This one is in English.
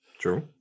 True